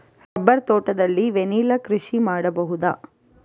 Rubber ತೋಟದಲ್ಲಿ vanilla ಕೃಷಿ ಮಾಡಬಹುದಾ?